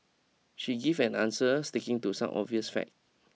she give an answer sticking to some obvious fact